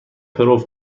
پرو